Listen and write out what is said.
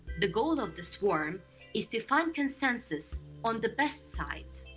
the goal of the swarm is to find consensus on the best side.